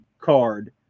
card